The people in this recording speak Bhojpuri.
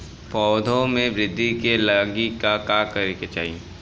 पौधों की वृद्धि के लागी का करे के चाहीं?